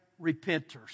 repenters